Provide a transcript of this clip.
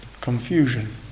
confusion